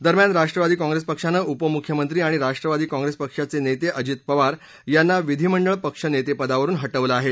दरम्यान राष्ट्रवादी काँग्रेस पक्षानं उपमुख्यमंत्री आणि राष्ट्रवादी काँग्रेस पक्षाचे नेते अजित पवार यांना विधिमंडळ पक्षनेतेपदावरून हाबेल आहे